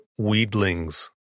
Weedlings